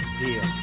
deal